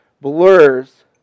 blurs